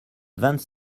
vingt